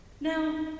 Now